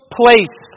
place